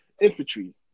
infantry